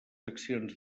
accions